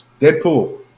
Deadpool